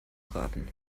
braten